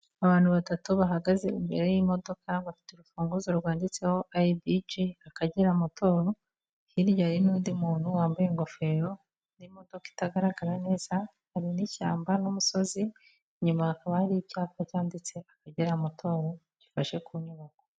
Abantu batatu bahagaze imbere y'imodoka, bafite urufunguzo rwanditseho ABG Akagera Motors, hirya hari n'undi muntu wambaye ingofero n'imodoka itagaragara neza, hari n'ishyamba n'umusozi, inyuma hakaba hari icyapa cyanditse Akagera Motors gifashe ku nyubako.